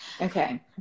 okay